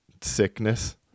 sickness